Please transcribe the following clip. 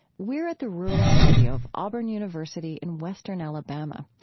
we're at the rural studio of auburn university in western alabama,